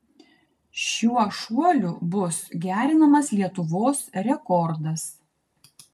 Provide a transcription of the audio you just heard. šiuo šuoliu bus gerinamas lietuvos rekordas